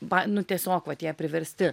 pa nu tiesiog vat jie priversti